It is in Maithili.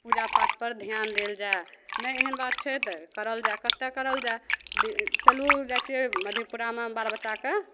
पूजा पाठपर ध्यान देल जाइ नहि एहन बात छै तऽ करल जाइ कतऽ करल जाइ चलु जाइ छियै मधेपुरामे बाल बच्चाके